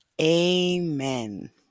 amen